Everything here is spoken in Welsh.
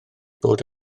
bod